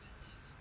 mm